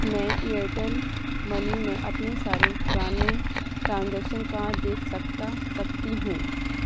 میں Airtel Money میں اپنے سارے پرانے ٹرانزیکشن کہاں دیکھ سکتا سکتی ہوں